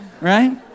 right